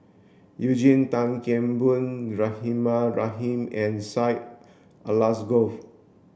Eugene Tan Kheng Boon Rahimah Rahim and Syed Alsagoff